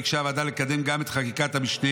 ביקשה הוועדה לקדם גם את חקיקת המשנה